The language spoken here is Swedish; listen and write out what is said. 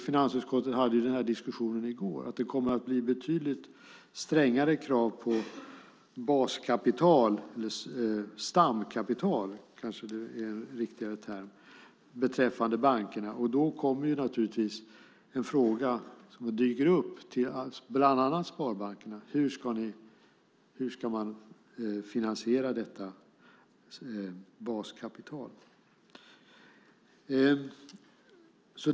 Finansutskottet hade en diskussion om det i går. Det kommer att bli betydligt strängare krav på stamkapital beträffande bankerna. Då kommer en fråga att dyka upp bland annat i sparbankerna: Hur ska man finansiera detta baskapital?